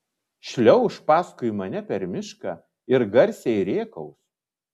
šliauš paskui mane per mišką ir garsiai rėkaus